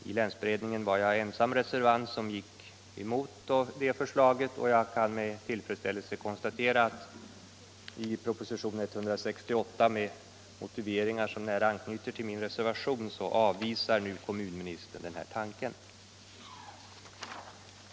I länsberedningen var jag ensam reservant som gick emot det förslaget, och jag kan med tillfredsställelse konstatera att i proposition nr 168, med motiveringar som nära anknyter till min reservation, avvisar nu kommunministern den här tanken.